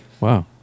Wow